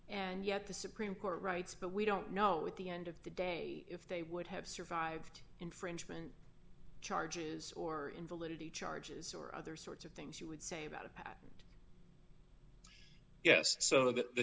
and yet the supreme court rights but we don't know what the end of the day if they would have survived infringement charges or invalidity charges or other sorts of things you would say about it yes so the